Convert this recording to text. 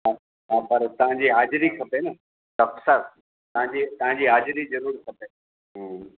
हा हा पर तव्हांजी हाजिरी खपे न डॉक्टर साहब तव्हांजी तव्हांजी हाजिरी जरूर खपे हूं